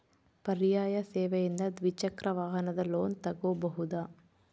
ಪರ್ಯಾಯ ಸೇವೆಯಿಂದ ದ್ವಿಚಕ್ರ ವಾಹನದ ಲೋನ್ ತಗೋಬಹುದಾ?